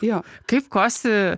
juo kaip kosi